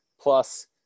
plus